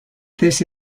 this